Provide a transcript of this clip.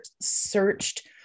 searched